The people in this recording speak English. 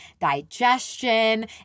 digestion